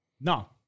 No